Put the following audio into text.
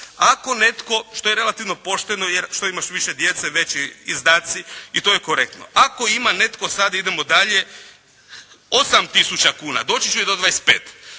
kuna, što je relativno pošteno jer što imaš više djece, veći izdaci i to je korektno. Ako ima netko, sad idemo dalje 8 tisuća kuna, doći ću i do 25,